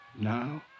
Now